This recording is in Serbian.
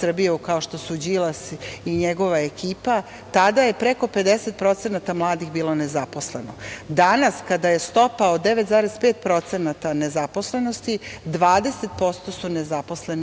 Srbiju, kao što su Đilas i njegova ekipa, tada je preko 50% mladih bilo nezposleno. Danas kada je stopa od 9,5% nezaposlenosti, 20% su nezaposleni mladi.